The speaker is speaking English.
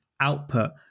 output